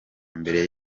mbere